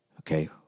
Okay